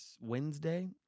Wednesday